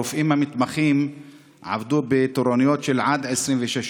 הרופאים המתמחים עבדו בתורנויות של עד 26 שעות.